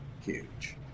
Huge